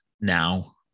now